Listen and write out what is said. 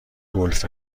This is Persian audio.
گلف